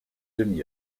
demi